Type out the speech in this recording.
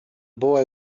boy